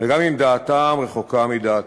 וגם אם דעתם רחוקה מדעתך.